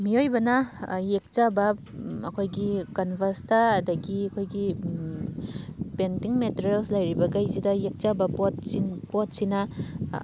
ꯃꯤꯑꯣꯏꯕꯅ ꯌꯦꯛꯆꯕ ꯑꯩꯈꯣꯏꯒꯤ ꯀꯥꯟꯚꯥꯁꯇ ꯑꯗꯒꯤ ꯑꯩꯈꯣꯏꯒꯤ ꯄꯦꯟꯇꯤꯡ ꯃꯦꯇꯤꯔꯤꯌꯦꯜꯁ ꯂꯩꯔꯤꯕꯈꯩꯁꯤꯗ ꯌꯦꯛꯆꯕ ꯄꯣꯠꯁꯤꯡ ꯄꯣꯠꯁꯤꯅ